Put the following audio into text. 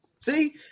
See